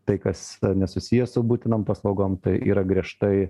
tai kas nesusiję su būtinom paslaugom tai yra griežtai